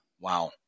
Wow